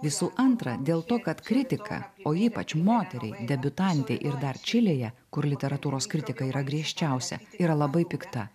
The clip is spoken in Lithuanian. visų antra dėl to kad kritika o ypač moteriai debiutantei ir dar čilėje kur literatūros kritika yra griežčiausia yra labai pikta